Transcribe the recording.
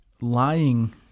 lying